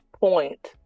point